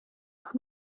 auf